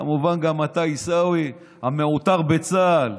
כמובן גם אתה, עיסאווי, המעוטר בצה"ל,